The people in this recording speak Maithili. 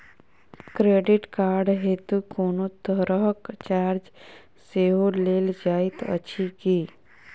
क्रेडिट कार्ड हेतु कोनो तरहक चार्ज सेहो लेल जाइत अछि की?